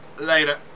Later